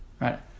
right